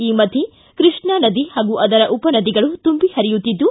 ಈ ಮಧ್ದೆ ಕೃಷ್ಣಾ ನದಿ ಹಾಗೂ ಅದರ ಉಪ ನದಿಗಳೂ ತುಂಬಿ ಹರಿಯುತ್ತಿದ್ದು